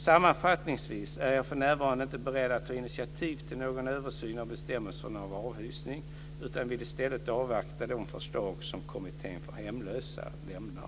Sammanfattningsvis är jag för närvarande inte beredd att ta initiativ till någon översyn av bestämmelserna om avhysning utan vill i stället avvakta de förslag som Kommittén för hemlösa lämnar.